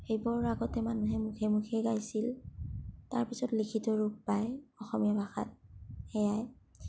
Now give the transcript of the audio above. সেইবোৰ আগতে মানুহে মুখে মুখে গাইছিল তাৰপিছত লিখিত ৰূপ পায় অসমীয়া ভাষাত সেইয়াই